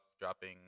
dropping